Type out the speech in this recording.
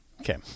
Okay